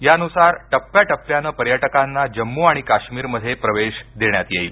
यानुसार टप्प्या टप्प्यानं पर्यटकांना जम्मू आणि काश्मीरमध्ये प्रवेश देण्यात येईल